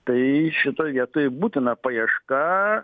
tai šitoj vietoj būtina paieška